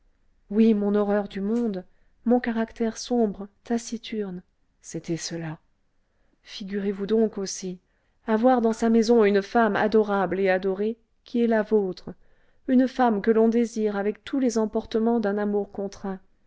oui mon horreur du monde mon caractère sombre taciturne c'était cela figurez-vous donc aussi avoir dans sa maison une femme adorable et adorée qui est la vôtre une femme que l'on désire avec tous les emportements d'un amour contraint